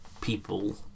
people